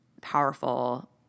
powerful